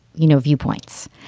you know, viewpoints.